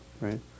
right